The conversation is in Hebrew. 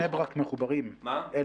אני